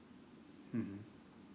mmhmm